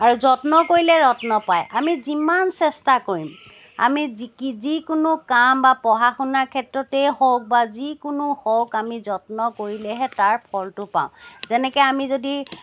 আৰু যত্ন কৰিলে ৰত্ন পায় আমি যিমান চেষ্টা কৰিম আমি যি যিকোনো কাম বা পঢ়া শুনা ক্ষেত্ৰতেই হওক বা যিকোনো হওক আমি যত্ন কৰিলেহে তাৰ ফলটো পাওঁ যেনেকৈ আমি যদি